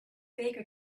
baker